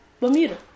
Bermuda